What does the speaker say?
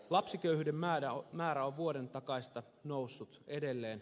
lapsiköyhyyden määrä on vuoden takaisesta noussut edelleen